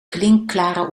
klinkklare